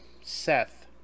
Seth